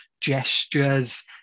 gestures